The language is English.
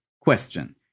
Question